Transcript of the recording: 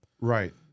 Right